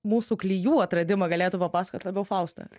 mūsų klijų atradimą galėtų papasakot labiau fausta